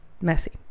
messy